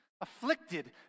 afflicted